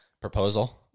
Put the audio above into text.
proposal